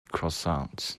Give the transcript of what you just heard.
croissants